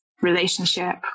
relationship